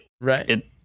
Right